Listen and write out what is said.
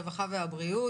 הרווחה והבריאות.